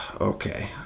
Okay